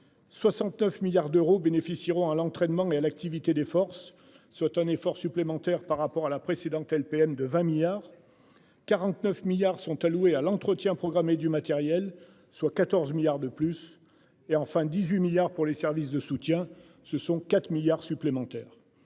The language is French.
69 milliards d'euros bénéficieront à l'entraînement et à l'activité des forces, soit un effort supplémentaire par rapport à la précédente LPM de 20 milliards. 49 milliards sont alloués à l'entretien programmé du matériel, soit 14 milliards de plus et enfin 18 milliards pour les services de soutien, ce sont 4 milliards supplémentaires.